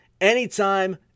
anytime